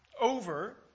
over